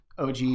og